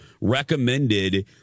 recommended